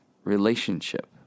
relationship